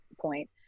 point